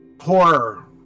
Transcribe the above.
horror